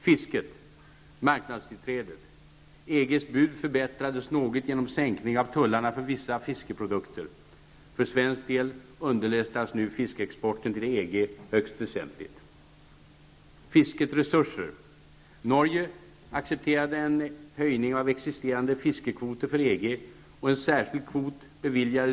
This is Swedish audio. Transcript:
Fisket -- marknadstillträdet: EGs bud förbättrades något genom sänkning av tullarna för vissa fiskeprodukter. För svensk del underlättas nu fiskeexporten till EG högst väsentligt.